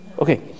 Okay